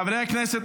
חברי הכנסת,